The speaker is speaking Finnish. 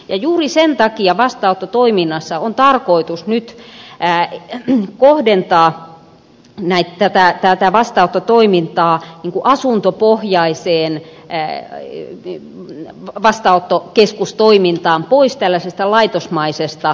juuri sen takia vastaanottotoiminnassa on tarkoitus nyt kohdentaa tätä vastaanottotoimintaa asuntopohjaiseen vastaanottokeskustoimintaan pois tällaisesta laitosmaisesta vastaanottotoiminnasta